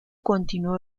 continuó